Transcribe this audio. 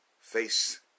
face